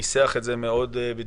ניסח את זה בדיוק